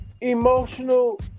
emotional